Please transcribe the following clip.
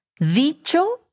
dicho